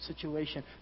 situation